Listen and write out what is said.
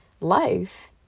life